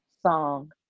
song